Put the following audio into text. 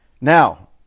Now